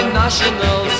national